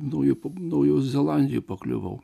nauja naujoj zelandijoj pakliuvau